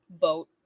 boat